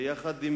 יחד עם